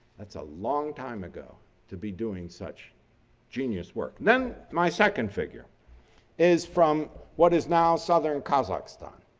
that's a long time ago to be doing such genius work. then my second figure is from what is now southern kazakhstan.